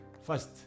First